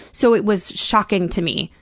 so it was shocking to me.